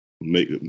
make